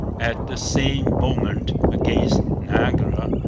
at the same moment, against niagara,